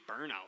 burnout